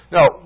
Now